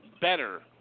better